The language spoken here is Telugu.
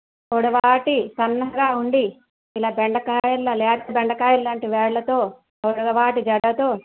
పొడవాటి సన్నగా ఉండి ఇలా బెండకాయల్లా లేత బెండకాయల లాంటి వేళ్ళతో పొడవాటి జడతో